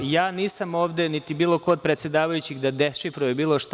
Ja nisam ovde, niti bilo ko od predsedavajućih, da dešifrujem bilo šta.